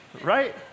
right